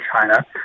China